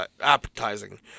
appetizing